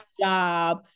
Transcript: job